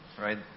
Right